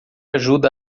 ajuda